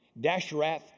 Dashrath